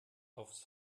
aufs